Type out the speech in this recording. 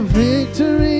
victory